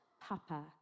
papa